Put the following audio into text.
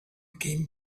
came